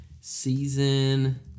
season